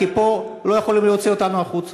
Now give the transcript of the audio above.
כי פה לא יכולים להוציא אותנו החוצה.